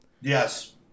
Yes